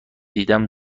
دیدم